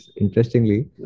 Interestingly